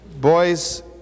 boys